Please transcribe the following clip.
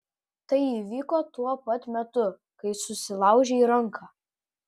tai įvyko tuo pat metu kai susilaužei ranką